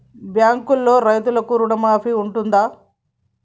బ్యాంకులో రైతులకు రుణమాఫీ ఉంటదా?